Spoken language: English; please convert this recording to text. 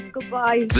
Goodbye